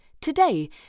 today